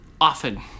often